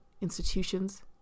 institutions